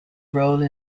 role